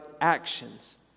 actions